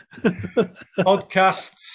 podcasts